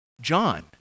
John